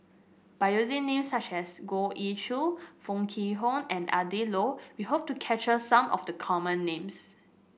by using names such as Goh Ee Choo Foo Kwee Horng and Adrin Loi we hope to capture some of the common names